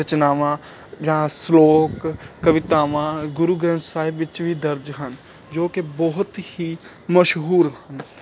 ਰਚਨਾਵਾਂ ਜਾਂ ਸਲੋਕ ਕਵਿਤਾਵਾਂ ਗੁਰੂ ਗ੍ਰੰਥ ਸਾਹਿਬ ਵਿੱਚ ਵੀ ਦਰਜ ਹਨ ਜੋ ਕਿ ਬਹੁਤ ਹੀ ਮਸ਼ਹੂਰ ਹਨ